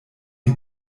die